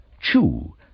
chew